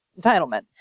entitlement